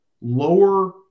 lower